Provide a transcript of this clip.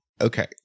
okay